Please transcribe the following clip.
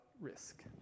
risk